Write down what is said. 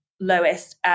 lowest